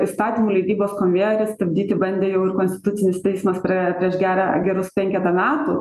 įstatymų leidybos konvejerį stabdyti bandė jau ir konstitucinis teismas pre prieš gerą gerus penketą metų